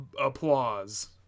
applause